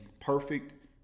perfect